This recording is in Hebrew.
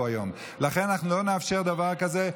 לכן, אנחנו לא נאפשר דבר כזה.